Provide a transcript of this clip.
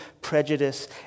prejudice